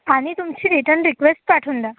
आणि तुमची return request पाठवून द्या